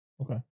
Okay